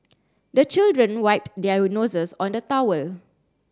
the children wipe their noses on the towel